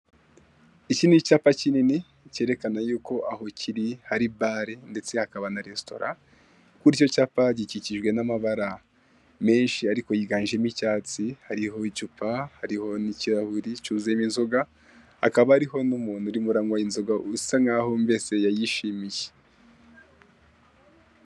Iki ni icyapa kinini kerekana yuko aho kiri hari bare ndetse hakaba na resitora. Kuri icyo cyapa gikikijwe n'amabara menshi ariko yiganjemo icyatsi, hariho icupa, hariho n'ikirahure cyuzuyemo inzoga, hakaba hariho n'umuntu uri kunywa inzoga ubona ko yayishimiye.